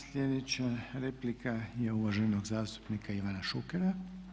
Sljedeća replika je uvaženog zastupnika Ivana Šukera.